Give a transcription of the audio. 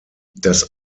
das